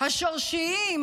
השורשיים,